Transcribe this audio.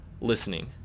listening